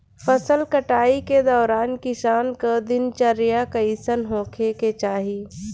फसल कटाई के दौरान किसान क दिनचर्या कईसन होखे के चाही?